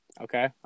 Okay